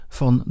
van